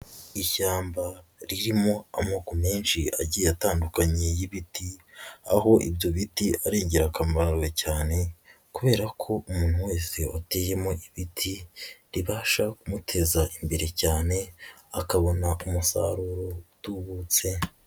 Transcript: Ishyamba ririmo amoko menshi agiye atandukanye y'ibiti, aho ibyo biti ari ingirakamaro cyane kubera ko umuntu wese wateyemo ibiti, ribasha kumuteza imbere cyane akabona umusaruro utubutse.